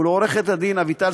ולעורכת הדין אביטל